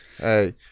hey